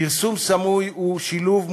פרסום סמוי הוא שילוב,